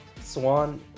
Swan